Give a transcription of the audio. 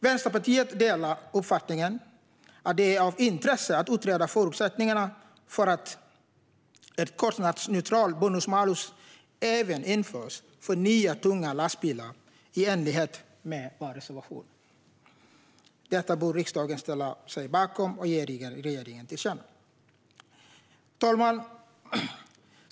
Vänsterpartiet delar uppfattningen att det är av intresse att utreda förutsättningarna för att ett kostnadsneutralt bonus-malus-system införs även för nya tunga lastbilar, i enlighet med vår reservation. Detta bör riksdagen ställa sig bakom och ge regeringen till känna. Herr talman!